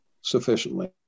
sufficiently